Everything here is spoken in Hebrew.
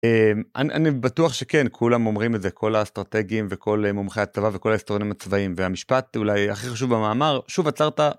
אני בטוח שכן כולם אומרים את זה כל הסטרטגיים וכל מומחי הצבא וכל הסטטרונים הצבאיים והמשפט אולי הכי חשוב במאמר שוב עצרת.